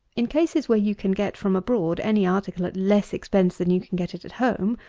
in cases where you can get from abroad any article at less expense than you can get it at home,